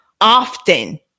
often